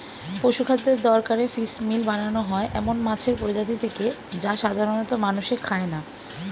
পশুখাদ্যের দরকারে ফিসমিল বানানো হয় এমন মাছের প্রজাতি থেকে যা সাধারনত মানুষে খায় না